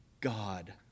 god